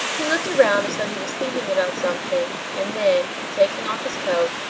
he looked around as though he was thinking about something and then, taking off his coat,